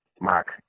Mark